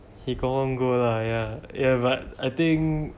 he confirm go lah ya ya but I think